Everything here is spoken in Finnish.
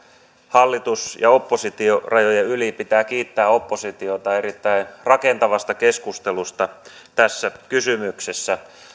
hallitus ja oppositiorajojen yli pitää kiittää oppositiota erittäin rakentavasta keskustelusta tässä kysymyksessä